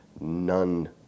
none